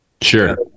Sure